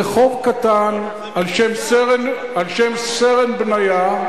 רחוב קטן על שם סרן בניה,